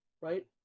Right